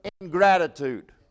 ingratitude